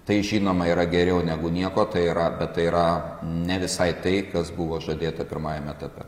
tai žinoma yra geriau negu nieko tai yra bet tai yra ne visai tai kas buvo žadėta pirmajam etape